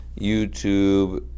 youtube